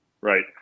Right